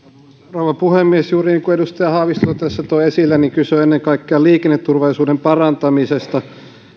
rouva puhemies juuri niin kuin edustaja haavisto tässä toi esille kyse on ennen kaikkea liikenneturvallisuuden parantamisesta